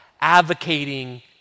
advocating